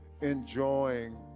enjoying